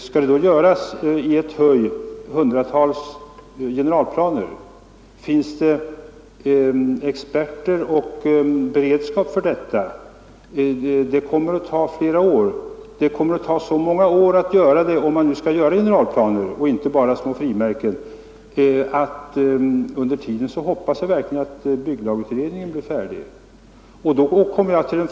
Skall det då i ett huj göras ett hundratal generalplaner? Finns det experter och beredskap för detta? Arbetet kommer att ta så många år — om man nu skall upprätta generalplaner och inte bara små ”frimärken” — att jag verkligen hoppas att bygglagutredningen blir färdig under tiden.